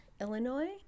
illinois